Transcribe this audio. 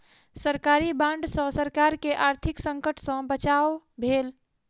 सरकारी बांड सॅ सरकार के आर्थिक संकट सॅ बचाव भेल